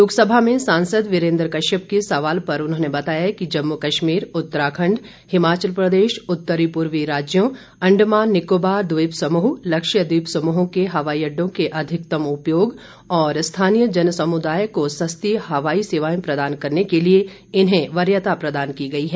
लोक सभा में सांसद वीरेन्द्र कश्यप के सवाल पर उन्होंने बताया की जम्मू कश्मीर उत्तराखण्ड हिमाचल प्रदेश उत्तरी पूर्वी राज्यों अंडमान निकोबार द्वीप समूह लक्षद्वीप समूहों के हवाई अड्डों के अधिकतम उपयोग और स्थानीय जनसमूदाय को सस्ती हवाई सेवाएं प्रदान करने के लिए इन्हें वरीयता प्रदान की गयी है